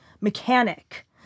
mechanic